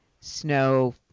snow